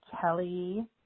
Kelly